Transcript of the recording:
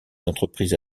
entreprises